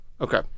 Okay